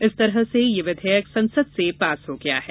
इस तरह से यह विधेयक संसद से पास हो गया है